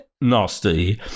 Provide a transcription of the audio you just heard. nasty